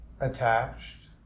attached